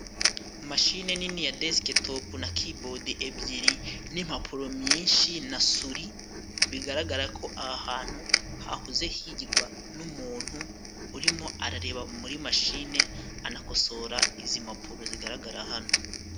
Mashine nini ya deskitopu na kibodi ebyiri, n'impapuro myinshi na suri, bigaragara ko aha hantu hahoze higirwa n'umuntu uri mo arareba muri mashine anakosora izi mpapuro zigaragara hano.